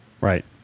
Right